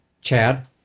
Chad